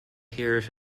heroes